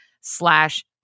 slash